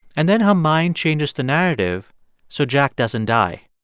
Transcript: and then her mind changes the narrative so jack doesn't die.